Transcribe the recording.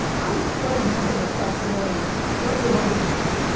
i'm plenty comfortable self-promoting plenty of other times,